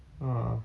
ah